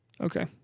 Okay